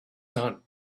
done